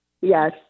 Yes